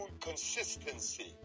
consistency